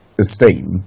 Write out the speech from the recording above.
esteem